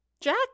Jack